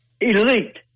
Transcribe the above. Elite